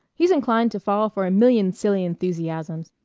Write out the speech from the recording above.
he's inclined to fall for a million silly enthusiasms.